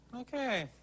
Okay